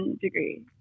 degree